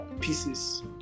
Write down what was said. pieces